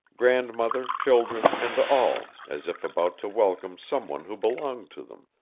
grandmother, children, and all, as if about to welcome some one who belonged to them,